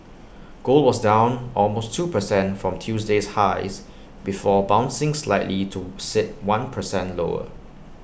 gold was down almost two percent from Tuesday's highs before bouncing slightly to sit one percent lower